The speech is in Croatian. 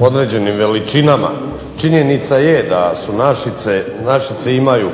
određenim veličinama. Činjenica je da su Našice imaju